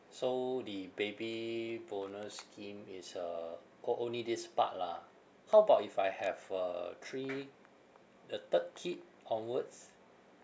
so the baby bonus scheme is uh orh only this part lah how about if I have uh three the third kid onwards